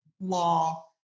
law